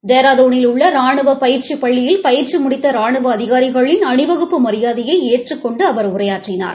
டேராடுனில் உள்ள ரானுவ பயிற்சி பள்ளியில் பயிற்சி முடித்த ரானுவ அதிகாரிகளின் அணிவகுப்பு மரியாதையை ஏற்றுக் கொண்டு அவர் உரையாற்றினார்